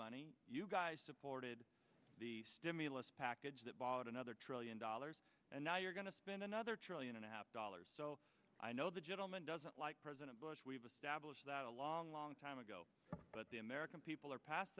money you guys supported package that bought another trillion dollars and now you're going to spend another trillion and a half dollars i know the gentleman doesn't like president bush we've established that a long long time but the american people are past